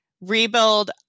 rebuild